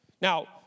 Now